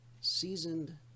seasoned